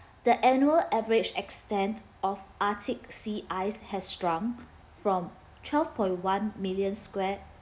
the annual average extent of arctic sea ice has shrunk from twelve point one million square